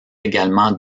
également